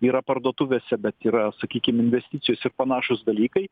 yra parduotuvėse bet yra sakykim investicijos ir panašūs dalykai